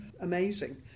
amazing